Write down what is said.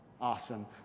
Awesome